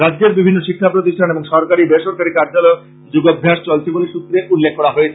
রাজ্যের বিভিন্ন শিক্ষা প্রতিষ্ঠান এবং সরকারী বেসরকারী কার্যালয়েও যোগাভ্যাস চলছে বলে সৃত্রে উল্লেখ করা হয়েছে